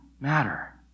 matter